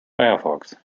firefox